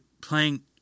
playing